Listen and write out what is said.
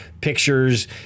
pictures